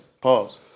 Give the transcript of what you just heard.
pause